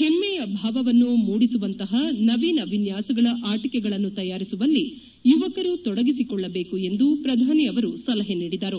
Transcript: ಹೆಮ್ನೆಯ ಭಾವವನ್ನು ಮೂಡಿಸುವಂತಹ ನವೀನ ವಿನ್ಯಾಸಗಳ ಆಟಿಕೆಗಳನ್ನು ತಯಾರಿಸುವಲ್ಲಿ ಯುವಕರು ತೊಡಗಿಸಿಕೊಳ್ಳಬೇಕು ಎಂದು ಪ್ರಧಾನಿ ಅವರು ಸಲಹೆ ನೀಡಿದರು